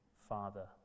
father